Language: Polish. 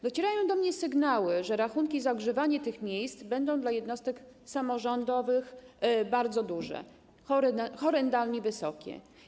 Docierają do mnie sygnały, że rachunki za ogrzewanie tych miejsc będą dla jednostek samorządowych bardzo duże, horrendalnie wysokie.